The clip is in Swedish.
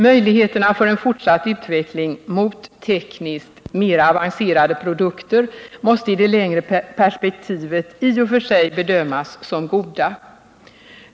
Möjligheterna för en fortsatt utveckling mot tekniskt mera avancerade produkter måste i det längre perspektivet i och för sig bedömas som goda.